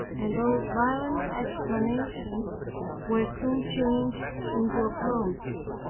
and those violent exclamations were soon changed into applauses.